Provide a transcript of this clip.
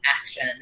action